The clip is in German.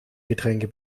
getränke